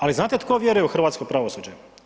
Ali znate tko vjeruje u hrvatsko pravosuđe?